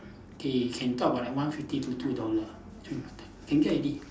K can talk about like one fifty to two dollar two dollar can get already